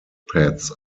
pads